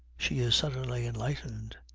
she is suddenly enlightened.